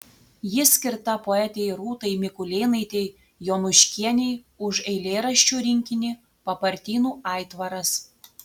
ji skirta poetei rūtai mikulėnaitei jonuškienei už eilėraščių rinkinį papartynų aitvaras